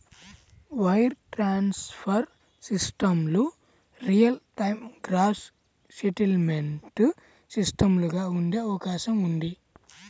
wire transfer సిస్టమ్లు real time gross settlement సిస్టమ్లుగా ఉండే అవకాశం ఉంది